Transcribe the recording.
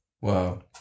Wow